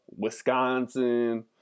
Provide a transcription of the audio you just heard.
Wisconsin